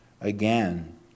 again